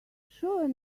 sure